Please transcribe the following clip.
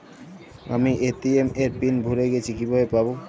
আমি এ.টি.এম এর পিন ভুলে গেছি কিভাবে পাবো?